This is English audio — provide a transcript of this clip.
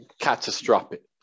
catastrophic